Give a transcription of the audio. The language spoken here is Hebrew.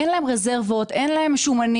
אין להם רזרבות, אין להם שומנים.